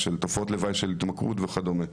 מתופעות לוואי של התמכרות וכדומה.